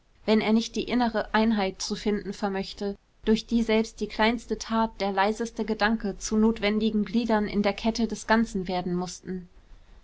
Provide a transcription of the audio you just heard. wenn er nicht die innere einheit zu finden vermöchte durch die selbst die kleinste tat der leiseste gedanke zu notwendigen gliedern in der kette des ganzen werden mußten